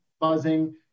buzzing